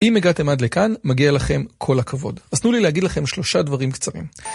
אם הגעתם עד לכאן, מגיע לכם כל הכבוד. אז תנו לי להגיד לכם שלושה דברים קצרים.